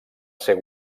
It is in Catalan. ser